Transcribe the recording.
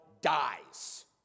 dies